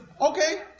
Okay